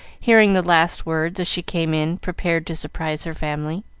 hearing the last words as she came in prepared to surprise her family.